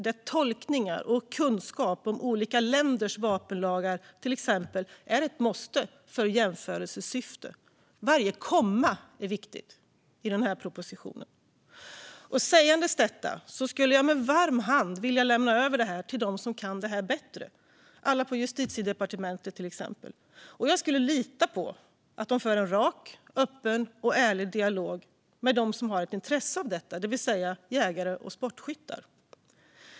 Det görs tolkningar, och kunskap om olika länders vapenlagar är ett måste i jämförelsesyfte. Varje kommatecken är viktigt i denna proposition. Jag skulle därför med varm hand vilja lämna över det till dem som kan detta bättre, till exempel på Justitiedepartementet. Jag skulle lita på att de för en rak, öppen och ärlig dialog med dem som har ett intresse av detta, det vill säga jägare och sportskyttar.